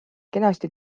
kenasti